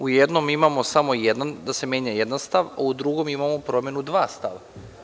U jednom imamo samo jedan, da se menja jedan stav, u drugom imamo promenu dva stava.